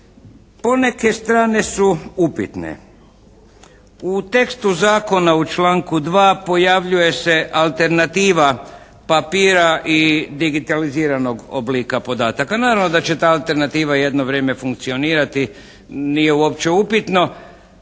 Poneke strane su upitne. U tekstu zakona u članku 2. pojavljuje se alternativa papira i digitaliziranog oblika podataka. Naravno da će ta alternativa jedno vrijeme funkcionirati. Nije uopće upitno.